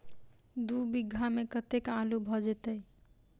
दु बीघा मे कतेक आलु भऽ जेतय?